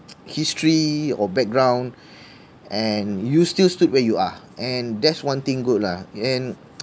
history or background and you still stood where you are and that's one thing good lah and